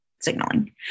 signaling